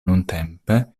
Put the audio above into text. nuntempe